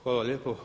Hvala lijepo.